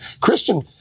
Christian